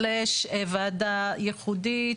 תגבור/חיזוק/ועדה ייחודית,